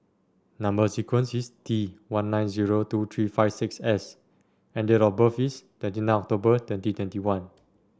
number sequence is T one nine zero two three five six S and date of birth is twenty nine October twenty twenty one